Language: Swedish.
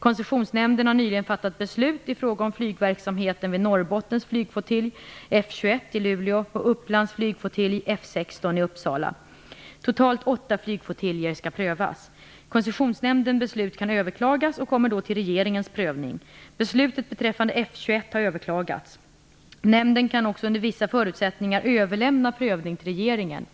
Koncessionsnämnden har nyligen fattat beslut i fråga om flygverksamheten vid Norrbottens flygflottilj, F 21, i Luleå och Upplands flygflottilj, F 16, i Uppsala. Totalt åtta flygflottiljer skall prövas. Koncessionsnämndens beslut kan överklagas och kommer då till regeringens prövning. Beslut beträffande F 21 har överklagats. Nämnden kan också under vissa förutsättningar överlämna prövningen till regeringen.